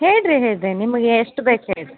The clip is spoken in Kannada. ಹೇಳಿ ರೀ ಹೇಳಿ ರೀ ನಿಮಗೆ ಎಷ್ಟು ಬೇಕು ಹೇಳಿ ರೀ